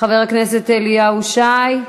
חבר הכנסת אלי ישי,